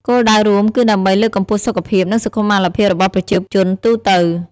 គោលដៅរួមគឺដើម្បីលើកកម្ពស់សុខភាពនិងសុខុមាលភាពរបស់ប្រជាជនទូទៅ។